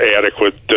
adequate